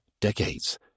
decades